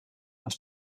els